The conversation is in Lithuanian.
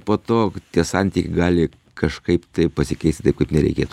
po to tie santykiai gali kažkaip tai pasikeisti taip kad nereikėtų